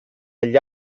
agli